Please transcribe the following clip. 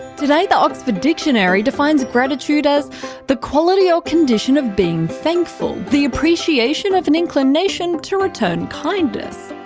today the oxford dictionary defines gratitude as the quality or condition of being thankful the appreciation of an inclination to return kindness.